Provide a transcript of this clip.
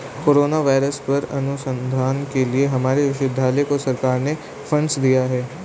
corona virus पर अनुसंधान के लिए हमारे विश्वविद्यालय को सरकार ने फंडस दिए हैं